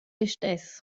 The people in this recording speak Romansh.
listess